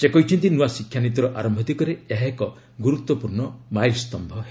ସେ କହିଛନ୍ତି ନୂଆ ଶିକ୍ଷାନୀତିର ଆରମ୍ଭ ଦିଗରେ ଏହା ଏକ ଗୁରୁତ୍ୱପୂର୍ଣ୍ଣ ମାଇଲସ୍ତମ୍ଭ ହେବ